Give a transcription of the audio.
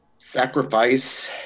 sacrifice